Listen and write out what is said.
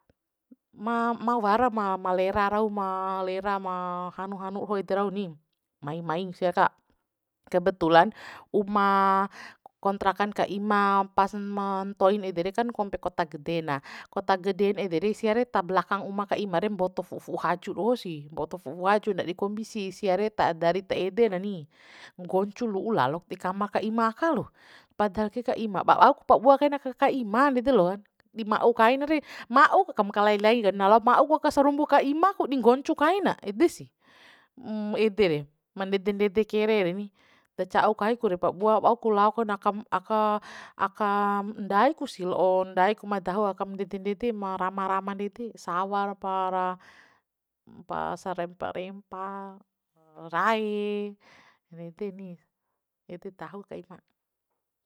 Ma ma wara ma- ma lera rau ma lera ma hanu hanu doho ede rau ni maing mai siaka kebetulan uma kontrakan ka ima pas ma ntoin ede re kan kompe kota gede na kota geden edere siare ta blakang uma ka ima re mboto fu'u fu'u haju doho si mboto fufu haju ndadi kombi si siare ta dari ta ede nani nggoncu lu'u lalo tdei kama ka ima ka lo padahal ke ka ima babau ku pabua ka ka ima ndede lo ndi ma'u kaina re ma'u kam kalailai ka na lao ma'u ka surumbu ka ima ku di nggoncu kaina ede sih ede re ma ndede ndede kere reni daca'u kai ku re pabua auku laonakam aka akam ndai kusi la'o ndai ku ma dahu akam ndede ndede ma rama rama ndede sawa ra pa sarempa rempa raee ede ni ede dahu ka ima